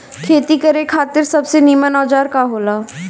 खेती करे खातिर सबसे नीमन औजार का हो ला?